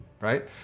right